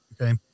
okay